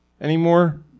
anymore